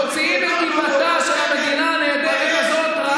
מוציאים את דיבתה של המדינה הנהדרת הזאת -- תתבייש,